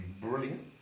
brilliant